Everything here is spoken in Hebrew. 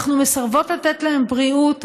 אנחנו מסרבות לתת להם בריאות,